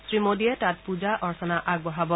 শ্ৰীমোডীয়ে তাত পুজা অৰ্চনা আগবঢ়াব